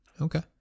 Okay